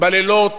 בלילות